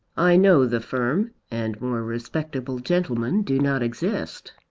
i know the firm and more respectable gentlemen do not exist.